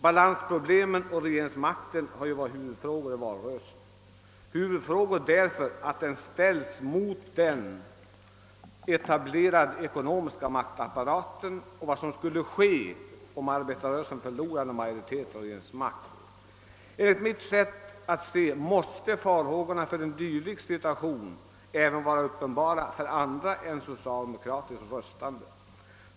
Balansproblemen och regeringsmakten har ju varit huvudfrågor i valrörelsen därför att de ställts mot den etablerade ekonomiska maktapparaten i diskussionen om vad som skulle inträffa, om arbetarrörelsen förlorade majoritet och regeringsmakt. Enligt mitt sätt att se måste farhågorna för en dylik situation vara uppenbara även för andra än socialdemokratiskt röstande.